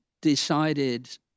decided